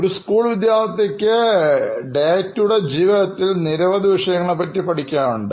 ഒരു സ്കൂൾ വിദ്യാർത്ഥിയ്ക്ക് ദൈനംദിന ജീവിതത്തിൽ നിരവധി വിഷയങ്ങളെപ്പറ്റി പഠിക്കാനുണ്ട്